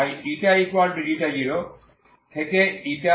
তাই ইকুয়াল 0